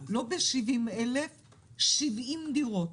לא ב-70,000 אלא ב-70 דירות.